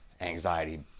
anxiety